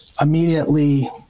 immediately